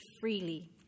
freely